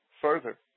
further